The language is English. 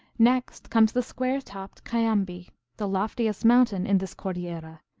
next comes the square-topped cayambi the loftiest mountain in this cordillera,